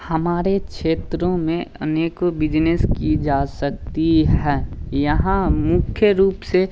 हमारे क्षेत्र में अनेकों बिजनेस की जा सकती है यहाँ मुख्य रूप से